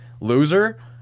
loser